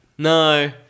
No